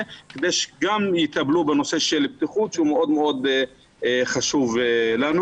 כדי שיטפלו בנושא של בטיחות שהוא חשוב מאוד לנו.